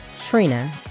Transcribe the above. Trina